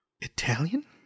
Italian